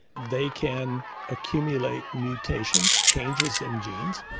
they can accumulate mutations, changes in genes,